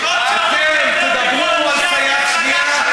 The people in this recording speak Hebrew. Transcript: אתם תדברו על סייעת שנייה,